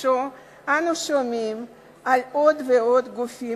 בחודשו אנו שומעים על עוד ועוד גופים